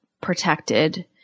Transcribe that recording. protected